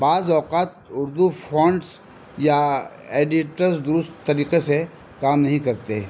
بعض اوقات اردو فونٹس یا ایڈیٹرس درست طریقے سے کام نہیں کرتے ہیں